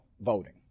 voting